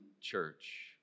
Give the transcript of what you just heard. church